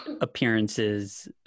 appearances